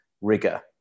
rigor